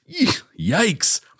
Yikes